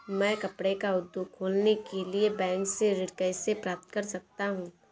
मैं कपड़े का उद्योग खोलने के लिए बैंक से ऋण कैसे प्राप्त कर सकता हूँ?